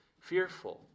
fearful